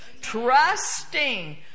trusting